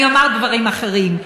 אני אומר דברים אחרים.